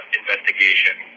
investigation